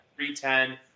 310